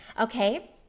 Okay